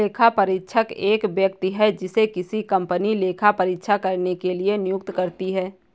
लेखापरीक्षक एक व्यक्ति है जिसे किसी कंपनी लेखा परीक्षा करने के लिए नियुक्त करती है